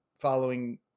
following